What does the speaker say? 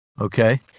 Okay